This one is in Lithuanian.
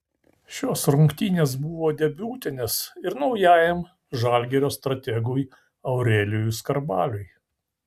šios rungtynės buvo debiutinės ir naujajam žalgirio strategui aurelijui skarbaliui